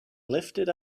lifted